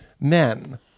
men